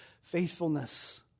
faithfulness